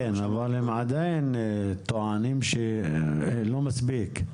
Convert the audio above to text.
כן, אבל הם עדיין טוענים שזה לא מספיק.